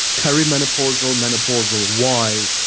perimenopausal, menopausal. why?